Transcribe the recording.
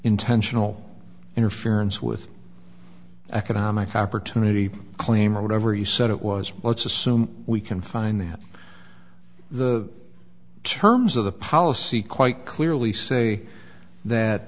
intentional interference with economic opportunity claimer whatever he said it was let's assume we can find that the terms of the policy quite clearly say that